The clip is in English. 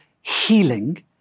healing